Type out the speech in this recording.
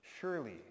Surely